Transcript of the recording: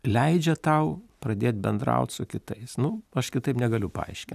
leidžia tau pradėt bendraut su kitais nu aš kitaip negaliu paaiškint